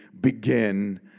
begin